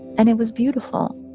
and it was beautiful.